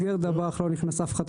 לא נכנס אף אחד,